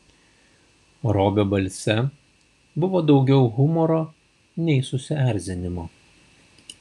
robio balse buvo daugiau humoro nei susierzinimo